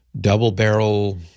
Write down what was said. double-barrel